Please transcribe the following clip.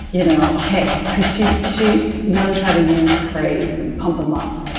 you know? ok. because she she knows how to use praise and pump them up.